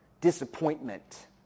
disappointment